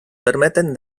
permeten